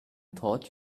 thought